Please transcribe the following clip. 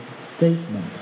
statement